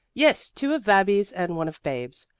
yes, two of babbie's and one of babe's.